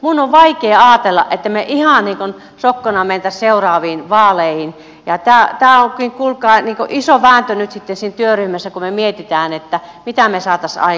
minun on vaikea ajatella että me ihan sokkona menisimme seuraaviin vaaleihin ja tämä on kuulkaa iso vääntö nyt sitten siinä työryhmässä kun me mietimme mitä me saisimme aikaiseksi